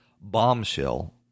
bombshell